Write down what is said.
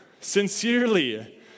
sincerely